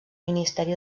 ministeri